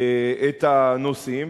את הנושאים.